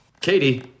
Katie